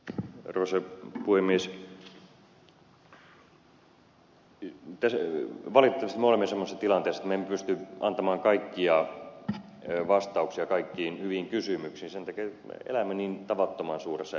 valitettavasti me olemme semmoisessa tilanteessa että me emme pysty antamaan kaikkia vastauksia kaikkiin hyviin kysymyksiin sen takia että me elämme niin tavattoman suuressa epävarmuudessa